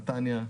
נתניה,